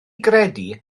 gredu